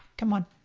come on.